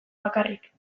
bakarrik